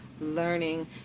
Learning